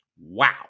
Wow